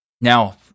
Now